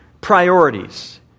priorities